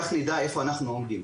כך נדע איפה אנחנו עומדים.